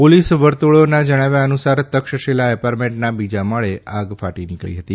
police વર્તળોના જણાવ્યા અનુસાર તક્ષશીલા એપાર્ટમેન્ટના બીજા માળે આગ ફાટી નીકળી હતી